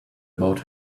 about